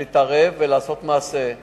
להתערב ולעשות מעשה.